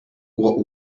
what